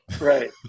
Right